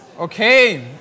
Okay